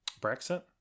Brexit